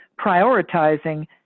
prioritizing